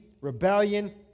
rebellion